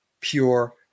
pure